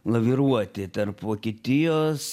laviruoti tarp vokietijos